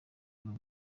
uyu